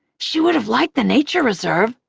she would have liked the nature reserve.